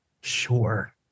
Sure